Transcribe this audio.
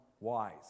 wise